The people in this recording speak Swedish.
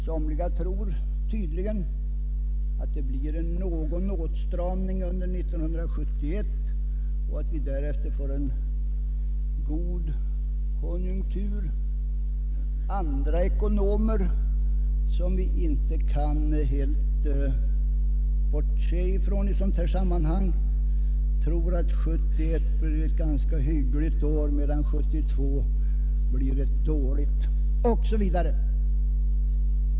Somliga tror tydligen att det blir någon åtstramning under 1971 och att vi därefter får goda konjunkturer; andra ekonomer, som vi inte kan helt bortse ifrån i sammanhanget, tror att 1971 blir ett ganska hyggligt år, medan 1972 blir ett dåligt år, osv.